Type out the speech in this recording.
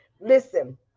Listen